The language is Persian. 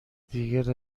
دیگر